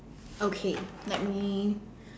okay let me